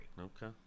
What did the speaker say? Okay